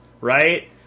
Right